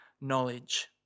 knowledge